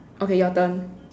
okay your turn